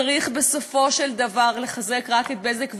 צריך בסופו של דבר לחזק רק את "בזק",